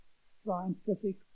scientific